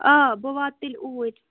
آ بہٕ واتہٕ تیٚلہِ اوٗرۍ